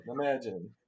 Imagine